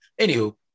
anywho